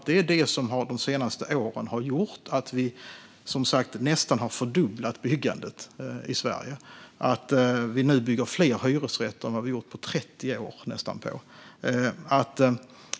Det är detta som under de senaste åren har gjort att vi nästan har fördubblat byggandet i Sverige och att vi nu bygger fler hyresrätter än vad vi gjort på nästan 30 år.